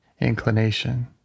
inclination